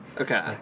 Okay